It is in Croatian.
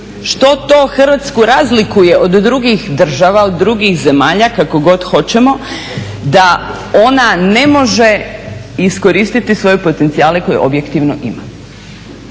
što to Hrvatsku razlikuje od drugih država od drugih zemalja, kako god hoćemo, da ona ne može iskoristiti svoje potencijale koje objektivno ima